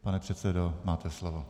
Pane předsedo, máte slovo.